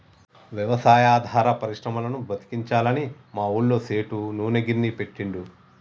వ్యవసాయాధార పరిశ్రమలను బతికించాలని మా ఊళ్ళ సేటు నూనె గిర్నీ పెట్టిండు